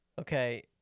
Okay